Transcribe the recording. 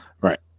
Right